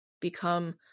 become